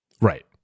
Right